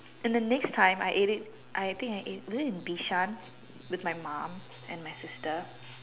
and the next time I ate it I think I ate was it in Bishan with my mum and my sister